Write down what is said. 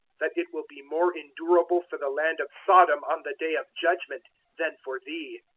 that it will be more endurable for the land of sodom on the day of judgement than for thee.